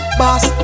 boss